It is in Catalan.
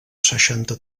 seixanta